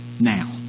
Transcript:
now